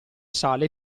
sale